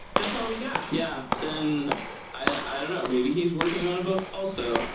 that's all we got. yeah then i don't know maybe he's working on a book also.